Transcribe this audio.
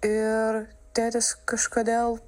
ir tėtis kažkodėl